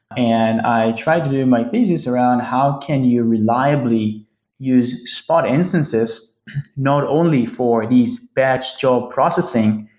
and i tried to do my thesis around how can you reliably use spot instances not only for these batch job processing,